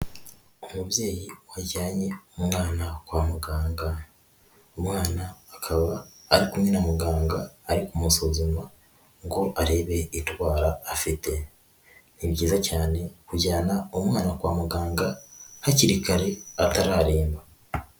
Umubyeyi wajyanye umwana kwa muganga, umwana akaba ari kumwe na muganga ari kumusuzuma ngo arebe indwara afite. Ni byiza cyane kujyana umwana kwa muganga hakiri kare atararemba.